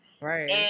right